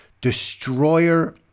destroyer